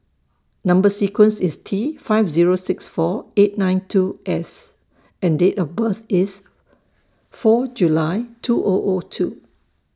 Number sequence IS T five Zero six four eight nine two S and Date of birth IS four July two O O two